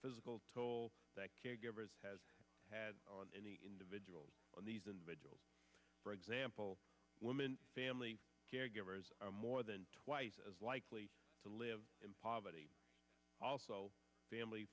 physical toll that caregivers has had on any individual on these individuals for example women family caregivers are more than twice as likely to live in poverty also family